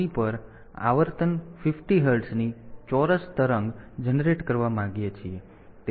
3 પર આવર્તન 50 હર્ટ્ઝની ચોરસ તરંગ જનરેટ કરવા માંગીએ છીએ